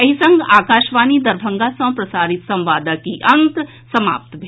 एहि संग आकाशवाणी दरभंगा सँ प्रसारित संवादक ई अंक समाप्त भेल